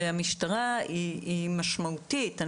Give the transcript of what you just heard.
המשטרה היא משמעותית.